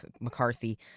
mccarthy